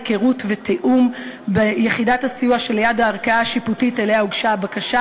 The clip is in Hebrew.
היכרות ותיאום ביחידת הסיוע שליד הערכאה השיפוטית שאליה הוגשה הבקשה.